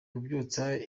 kubyutsa